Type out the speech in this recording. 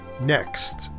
Next